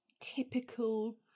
typical